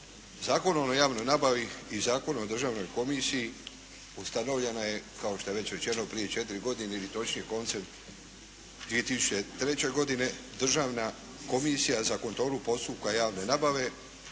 Zakonom o javnoj nabavi i Zakonom o državnoj komisiji ustanovljena je kao što je već rečeno prije četiri godine ili točnije koncem 2003. godine Državna komisija za kontrolu postupka javne nabave.